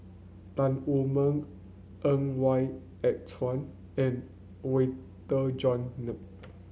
Tan Wu Meng Ng Why and Chuan and Walter John